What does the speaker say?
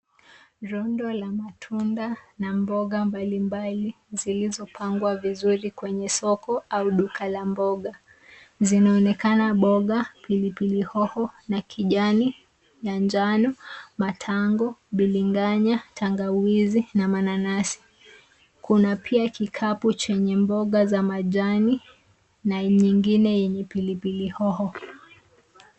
Rundo la matunda na mboga mbali mbali zilizopangwa vizuri kwenye soko au duka la mboga. Zinaonekana mboga, pilipili hoho na kijani na njano, matango, biringanya, Tangawizi na mananasi. Kuna pia kikapu chenye mboga za majani na nyingine yenye pilipili hoho.